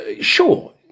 Sure